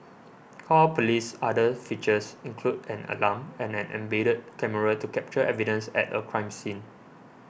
call Police's other features include an alarm and an embedded camera to capture evidence at a crime scene